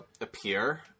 appear